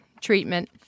treatment